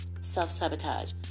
self-sabotage